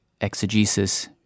exegesis